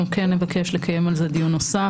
אנחנו כן נבקש לקיים על זה דיון נוסף.